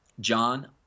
John